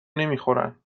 نمیخورن